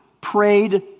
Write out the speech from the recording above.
prayed